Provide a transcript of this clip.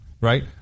right